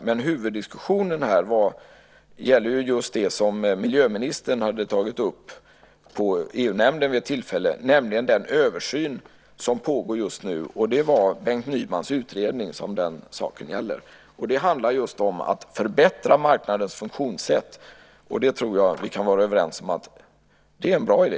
Men huvuddiskussionen gäller just det som miljöministern tog upp på EU-nämnden vid ett tillfälle, nämligen den översyn som pågår just nu, och det var Bengt Nymans utredning som den saken gäller. Det handlar just om att förbättra marknadens funktionssätt. Det tror jag att vi kan vara överens om är en bra idé.